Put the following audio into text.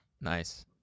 Nice